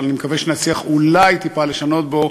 אבל אני מקווה שנצליח אולי טיפה לשנות בו,